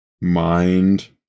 mind